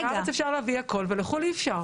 לארץ אפשר להביא הכול ולחוץ לארץ לא.